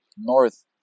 north